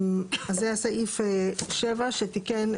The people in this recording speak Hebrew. אז זה הסעיף 7 שתיקן,